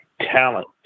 talent